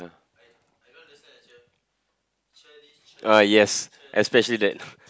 ah yes especially that